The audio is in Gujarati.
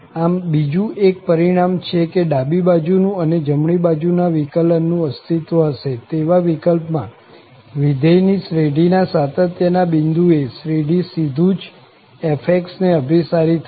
આમ બીજું એક પરિણામ છે કે ડાબી બાજુ નું અને જમણી બાજુ ના વિકલન નું અસ્તિત્વ હશે તેવા વિકલ્પમાં વિધેયની શ્રેઢીના સાતત્ય ના બિંદુ એ શ્રેઢી સીધું જ f ને અભિસારી થશે